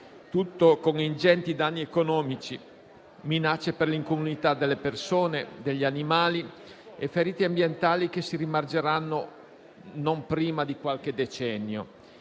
tutto con ingenti danni economici, minacce per l'incolumità delle persone e degli animali e ferite ambientali che si rimargineranno non prima di qualche decennio.